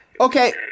Okay